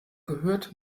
gehört